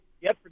yes